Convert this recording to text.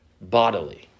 bodily